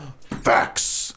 Facts